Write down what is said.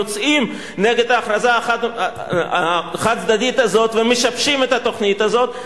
יוצאות נגד ההכרזה החד-צדדית הזאת ומשבשות את התוכנית הזאת.